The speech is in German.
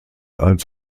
als